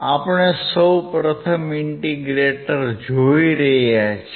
આપણે સૌપ્રથમ ઈન્ટિગ્રેટર જોઈ રહ્યા છીએ